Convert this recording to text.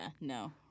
no